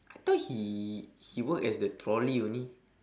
I thought he he work as the trolley only